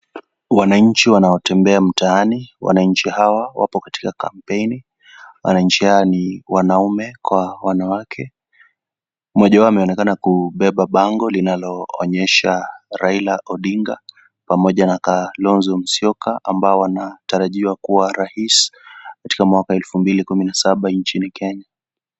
Wananchi wanaotembea mtaani , wananchi hawa wapo katika kampeni , wananchi hawa ni wanaume kwa wanawake mmoja wao anaonekana kubeba bango ambalo linaonyesha Raila Odinga pamoja na Kalonzo Musyoka ambao wanatarajia kuwa rais katika mwaka 2017 nchini Kenya .